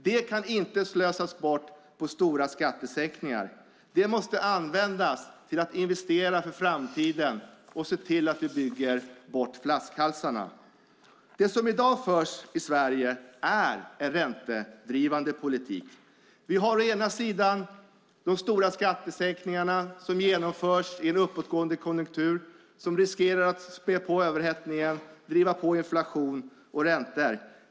Det kan inte slösas bort på stora skattesänkningar, utan det måste användas till att investera för framtiden och till att se till att flaskhalsarna byggs bort. Det som i dag förs i Sverige är en räntedrivande politik. Å ena sidan har vi de stora skattesänkningar som genomförs i en uppåtgående konjunktur och som riskerar att spä på överhettningen och att driva på inflation och räntor.